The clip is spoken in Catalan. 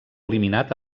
eliminat